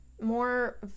more